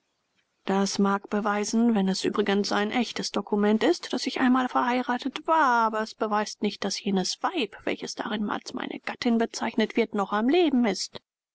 das mag beweisen wenn es übrigens ein echtes dokument ist daß ich einmal verheiratet war aber es beweist nicht daß jenes weib welches darin als meine gattin bezeichnet wird noch am leben ist